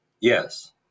yes